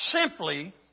simply